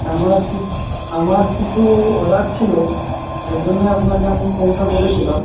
আমার কি আমার কিছু অর্ডার ছিলো ওই জন্য আপনাকে আমি ফোনটা করেছিলাম